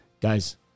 guys